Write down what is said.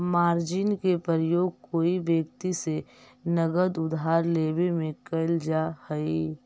margin के प्रयोग कोई व्यक्ति से नगद उधार लेवे में कैल जा हई